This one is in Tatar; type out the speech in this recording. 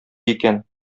икән